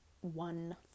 one